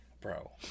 bro